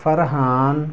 Farhan